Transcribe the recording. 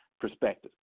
perspective